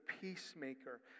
peacemaker